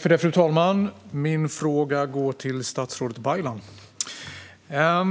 Fru talman! Min fråga går till statsrådet Baylan.